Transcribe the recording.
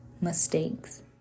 mistakes